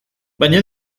baina